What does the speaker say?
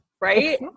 right